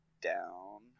down